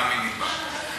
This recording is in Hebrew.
מאמינים בה,